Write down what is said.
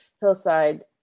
Hillside